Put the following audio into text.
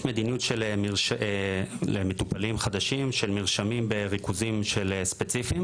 יש מדיניות למטופלים חדשים של נרשמים בריכוזים ספציפיים